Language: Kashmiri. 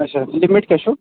اچھا لِمِٹ کیٛاہ چھُ